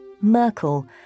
Merkel